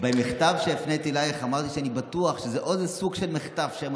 במכתב שהפניתי אלייך אמרתי שאני בטוח שזה או סוג של מחטף שהם